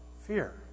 Fear